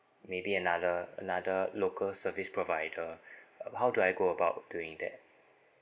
maybe another another local service provider how do I go about doing that